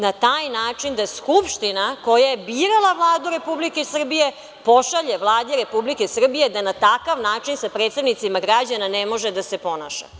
Na taj način da Skupština koja je birala Vladu Republike Srbije pošalje Vladi Republike Srbije da na takav način sa predstavnicima građana ne može da se ponaša.